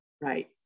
Right